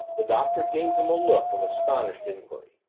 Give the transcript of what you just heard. the doctor gave him a look of astonished inquiry.